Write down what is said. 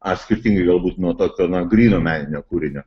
atskirti galbūt nuo tokio na gryno meninio kūrinio